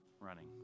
running